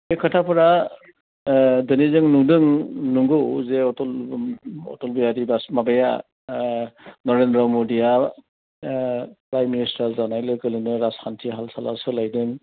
बे खोथाफोरा दिनै जों नुदों नंगौ जे अटल बिहारि बाजपेय माबाया नरेन्द्र मदिया प्राइम मिनिस्टार जानाय लोगो लोगोनो राजखान्थिनि हाल साला सोलायदों